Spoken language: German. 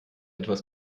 etwas